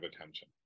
attention